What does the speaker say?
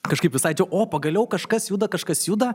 kažkaip visai čia o pagaliau kažkas juda kažkas juda